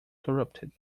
corrupted